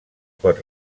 pot